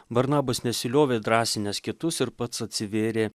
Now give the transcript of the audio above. barnabas nesiliovė drąsinęs kitus ir pats atsivėrė